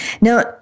Now